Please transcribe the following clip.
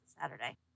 Saturday